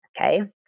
Okay